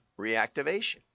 reactivation